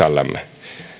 sisällämme